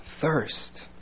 thirst